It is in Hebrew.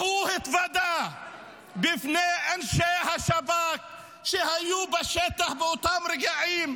והוא התוודה בפני אנשי השב"כ שהיו בשטח באותם רגעים.